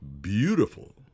beautiful